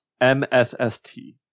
M-S-S-T